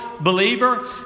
believer